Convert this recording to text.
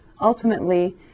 ultimately